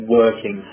working